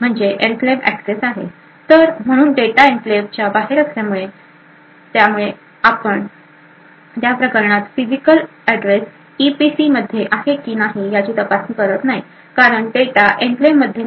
म्हणजे ही enclave access आहे तर म्हणून डेटा एन्क्लेव्हच्या बाहेर असल्याने त्यामुळे आपण त्या प्रकरणात फिजिकल एड्रेस ईपीसीमध्ये आहे की नाही याची तपासणी करत नाही कारण डेटा एन्क्लेव्हमध्ये नाही